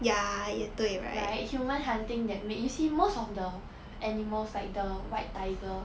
right human hunting that made you see most of the animals like the white tiger